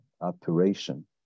operation